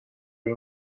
این